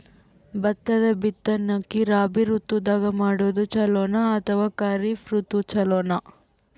ಭತ್ತದ ಬಿತ್ತನಕಿ ರಾಬಿ ಋತು ದಾಗ ಮಾಡೋದು ಚಲೋನ ಅಥವಾ ಖರೀಫ್ ಋತು ಚಲೋನ?